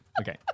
Okay